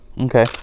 okay